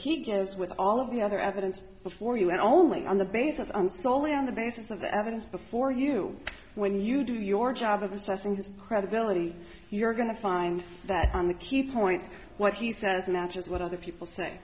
has with all of the other evidence before you and only on the basis on solely on the basis of the evidence before you when you do your job of the stressing his credibility you're going to find that on the key points what he says matches what other people say